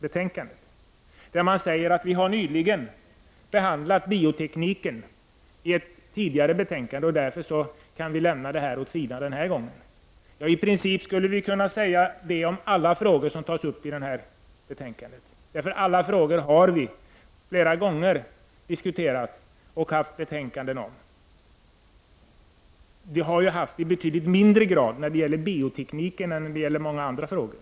Utskottsmajoriteten säger att eftersom biotekniken har behandlats i ett tidigare betänkande, kan vi lämna den frågan åt sidan den här gången. I princip skulle vi kunna säga det om alla frågor som tas upp i betänkandet. Vi har diskuterat alla frågor flera gånger, och de har behandlats i betänkanden. Vi har behandlat biotekniken i mycket mindre omfattning än många andra frågor.